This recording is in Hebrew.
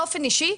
באופן אישי,